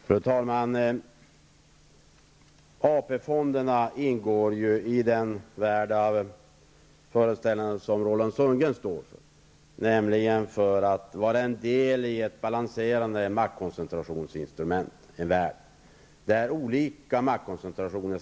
Fru talman! AP-fonderna ingår ju i den föreställningsvärld som Roland Sundgren står för, och de skall där vara ett instrument för balansering av olika maktkoncentrationer.